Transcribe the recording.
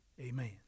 Amen